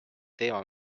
teema